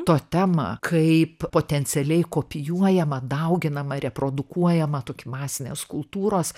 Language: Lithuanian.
totemą kaip potencialiai kopijuojamą dauginamą reprodukuojamą tokį masinės kultūros